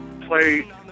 play